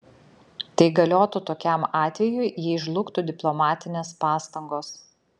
tai galiotų tokiam atvejui jei žlugtų diplomatinės pastangos